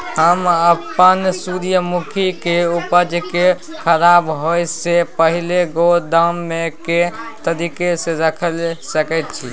हम अपन सूर्यमुखी के उपज के खराब होयसे पहिले गोदाम में के तरीका से रयख सके छी?